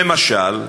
למשל,